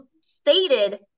stated